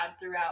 throughout